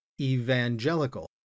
evangelical